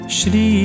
Shri